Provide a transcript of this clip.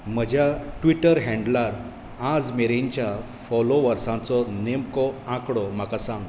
म्हज्या ट्विटर हँडलार आज मेरेनच्या फॉलोवर्सांचो नेमको आंकडो म्हाका सांग